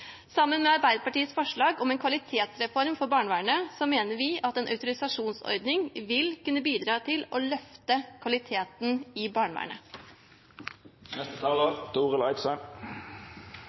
Sammen med Arbeiderpartiets forslag om en kvalitetsreform for barnevernet mener vi at en autorisasjonsordning vil kunne bidra til å løfte kvaliteten i